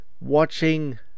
watching